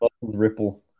ripple